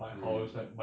mm